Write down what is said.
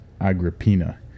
Agrippina